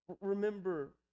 Remember